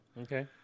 okay